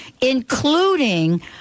including